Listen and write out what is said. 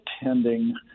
attending